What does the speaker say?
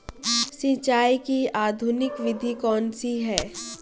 सिंचाई की आधुनिक विधि कौनसी हैं?